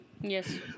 Yes